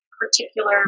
particular